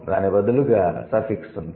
దాని బదులుగా సఫిక్స్ ఉంది